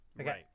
okay